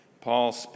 paul